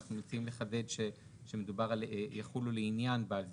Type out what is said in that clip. אנחנו רוצים לחדד שמדובר על 'יחולו לעניין בעל זיכיון',